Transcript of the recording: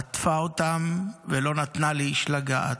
עטפה אותם ולא נתנה לאיש לגעת.